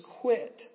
quit